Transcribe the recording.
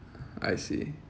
I see